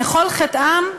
וכל חטאם,